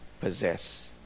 possess